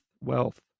wealth